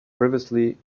previously